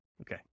Okay